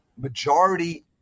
majority